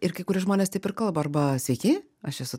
ir kai kurie žmonės taip ir kalba arba sveiki aš esu